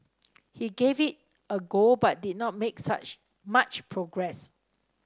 he gave it a go but did not make such much progress